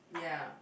yeah